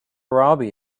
robbie